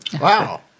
Wow